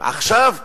עכשיו,